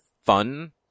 fun